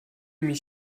mich